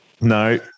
No